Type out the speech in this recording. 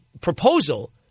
proposal